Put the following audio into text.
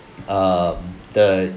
um the